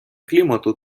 клімату